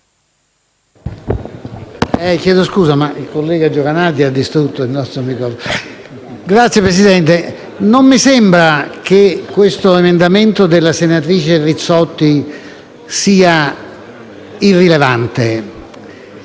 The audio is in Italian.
non mi sembra che l'emendamento della senatrice Rizzotti sia irrilevante.